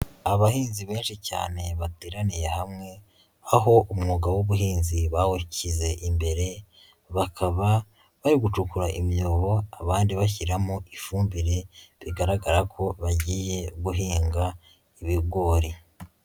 Abahinzi benshi cyane bateraniye hamwe, aho umwuga w'ubuhinzi bawushyize imbere, bakaba bari gucukura imiyoboro abandi bashyiramo ifumbire bigaragara ko bagiye guhinga ibigori.